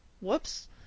whoops